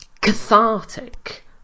cathartic